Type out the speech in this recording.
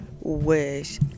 wish